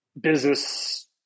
business